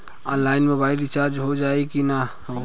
Online mobile recharge हो जाई की ना हो?